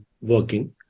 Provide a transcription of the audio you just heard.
working